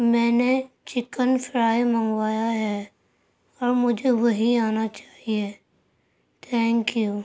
میں نے chicken fry منگوایا ہے اور مجھے وہی آنا چاہیے تھینک یو